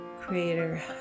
creator